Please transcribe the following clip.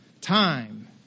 Time